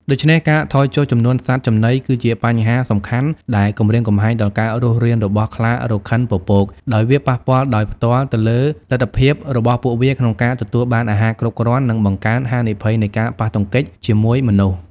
ដូច្នេះ ការថយចុះចំនួនសត្វចំណីគឺជាបញ្ហាសំខាន់ដែលគំរាមកំហែងដល់ការរស់រានរបស់ខ្លារខិនពពក ដោយវាប៉ះពាល់ដោយផ្ទាល់ទៅលើលទ្ធភាពរបស់ពួកវាក្នុងការទទួលបានអាហារគ្រប់គ្រាន់ និងបង្កើនហានិភ័យនៃការប៉ះទង្គិចជាមួយមនុស្ស។